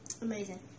amazing